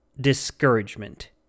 Discouragement